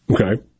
Okay